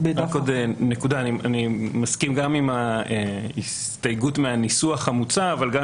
אני מסכים עם ההסתייגות מהניסוח המוצע אבל אני גם